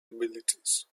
abilities